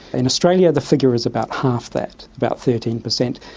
in australia the figure is about half that, about thirteen percent,